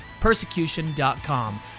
persecution.com